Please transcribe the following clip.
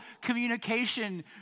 communication